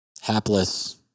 hapless